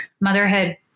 motherhood